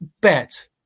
bet